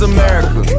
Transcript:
America